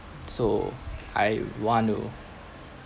so I would want to